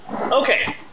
Okay